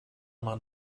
man